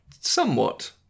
somewhat